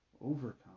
overcome